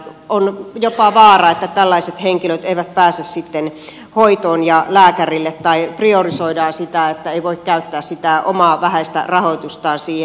on jopa vaarana että tällaiset henkilöt eivät pääse sitten hoitoon ja lääkärille tai priorisoidaan sitä niin että ei voi käyttää sitä omaa vähäistä rahoitustaan siihen